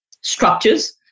structures